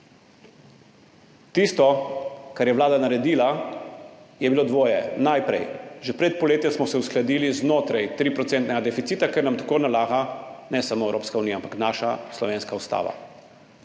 Tisto, kar je Vlada naredila, je bilo dvoje. Najprej: že pred poletjem smo se uskladili znotraj 3-procentnega deficita, ker nam tako nalaga ne samo Evropska unija, ampak tudi naša, slovenska Ustava.